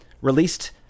released